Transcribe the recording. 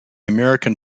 american